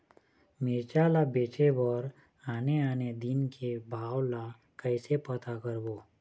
मिरचा ला बेचे बर आने आने दिन के भाव ला कइसे पता करबो?